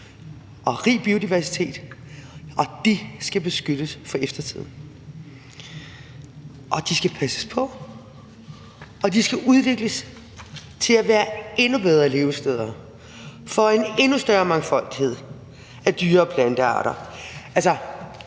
og rig biodiversitet. De skal beskyttes for eftertiden, de skal passes på, og de skal udvikles til at være endnu bedre levesteder for en endnu større mangfoldighed af dyre- og plantearter,